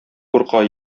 курка